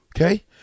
okay